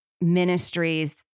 ministries